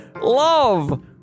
Love